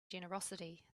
generosity